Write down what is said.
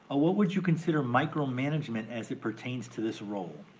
ah what would you consider micromanagement as it pertains to this role?